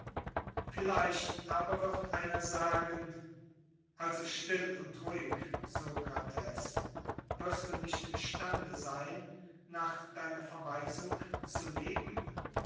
vielleicht aber wird einer sagen also still und ruhig sokrates wirst du nicht imstande sein nach deiner verweisung zu leben